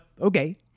okay